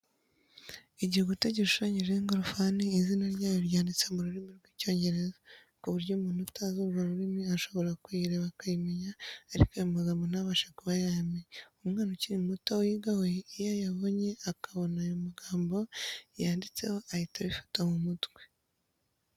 Igikuta gishushanyijeho ingorofani, izina ryayo ryanditse mu rurimi rw'Icyongereza, ku buryo umuntu utazi urwo rurimi ashobora kuyireba akayimenya, ariko ayo magambo ntabashe kuba yayamenya. Umwana ukiri muto wiga, we iyo ayabonye akabona ayo magambo yanditseho ahita abifata mu mutwe.